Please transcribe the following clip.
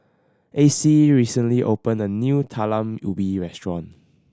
Acey recently opened a new Talam Ubi restaurant